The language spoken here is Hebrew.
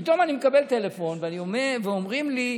פתאום אני מקבל טלפון ואומרים לי: